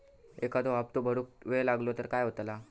एखादो हप्तो भरुक वेळ लागलो तर काय होतला?